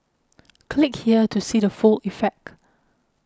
click here to see the full effect